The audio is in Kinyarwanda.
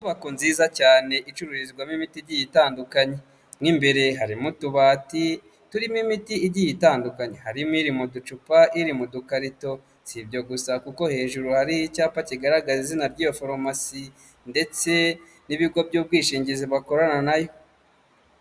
Inyubako nziza cyane icururizwamo imiti igiye itandukanye, mu imbere harimo utubati turimo imiti igiye itandukanye, harimo iri mu ducupa, iri mu dukarito. Si ibyo gusa kuko hejuru hariho icyapa kigaragaza izina ry'iyo faromasi ndetse n'ibigo by'ubwishingizi bakorana nayo.